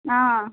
অঁ